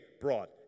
brought